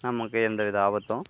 நமக்கு எந்த வித ஆபத்தும்